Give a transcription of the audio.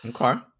Okay